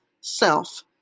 self